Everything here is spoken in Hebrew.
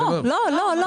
לא, לא.